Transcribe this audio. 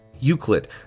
Euclid